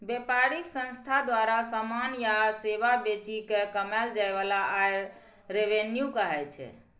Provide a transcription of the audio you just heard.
बेपारिक संस्था द्वारा समान या सेबा बेचि केँ कमाएल जाइ बला आय रेवेन्यू कहाइ छै